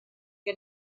que